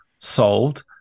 solved